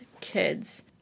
kids